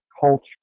culture